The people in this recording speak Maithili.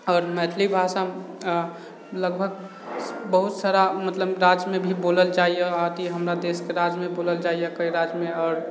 आओर मैथिली भाषा लगभग बहुत सारा मतलब राज्यमे भी बोलल जाइए आओर अथी हमर देशके राज्यमे बोलल जाइए कएक राज्यमे आओर